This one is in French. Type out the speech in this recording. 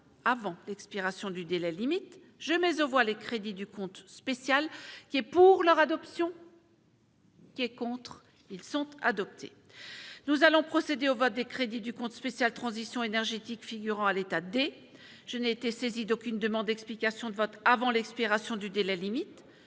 avant l'expiration du délai limite je mais on voit les crédits du compte spécial qui est, pour leur adoption. Qui est contre, ils sont adoptés, nous allons procéder au vote des crédits du compte spécial Transition énergétique figurant à l'état D, je n'ai été saisi d'aucune demande d'explication de vote avant l'expiration du délai limite